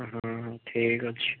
ଠିକ୍ ଅଛି